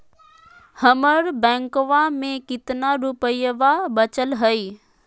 हमर बैंकवा में कितना रूपयवा बचल हई?